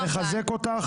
מחזק אותך,